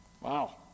Wow